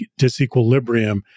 disequilibrium